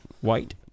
White